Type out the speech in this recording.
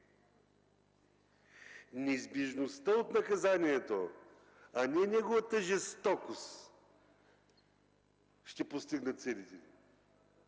Неизбежността от наказанието, а не неговата жестокост ще постигнат целите Ви!